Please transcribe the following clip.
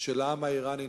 שלעם האירני נמאס,